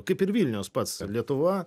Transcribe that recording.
kaip ir vilnius pats lietuva